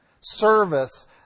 service